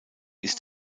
ist